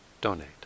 donate